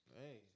Hey